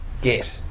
get